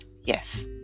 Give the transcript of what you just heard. yes